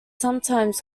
sometimes